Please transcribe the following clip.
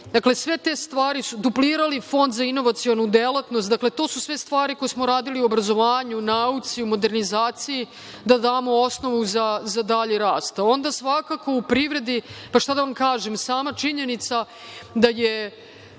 Srbiji. Dakle, sve te stvari su duplirane, Fond za inovacionu delatnost, sve te stvari smo radili u obrazovanju, nauci, modernizaciji, a da damo osnovu za dalji rast. Onda svakako u privredi, šta da vam kažem? Sama činjenica da je